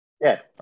Yes